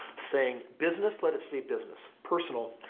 saying, business, let it stay business. personal,